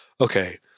okay